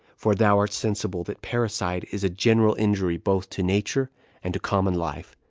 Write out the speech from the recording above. for thou art sensible that parricide is a general injury both to nature and to common life,